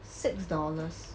six dollars